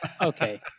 Okay